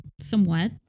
somewhat